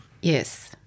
Yes